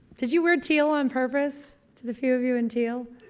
did you wear teal on purpose? to the few of you in teal